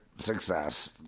success